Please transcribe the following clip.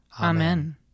Amen